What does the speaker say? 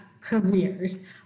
careers